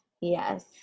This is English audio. yes